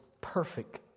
perfect